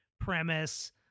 premise